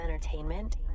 entertainment